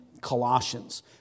Colossians